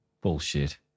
Bullshit